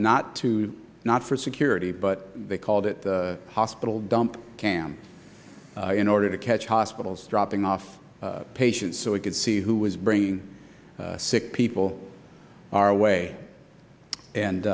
not to not for security but they called it the hospital dump cam in order to catch hospitals dropping off patients so we could see who was bringing sick people are away and